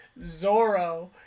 Zorro